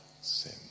sin